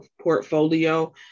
portfolio